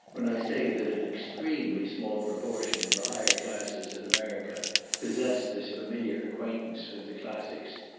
when i say that an extremely small proportion of the higher classes in america possess this familiar acquaintance with the classics.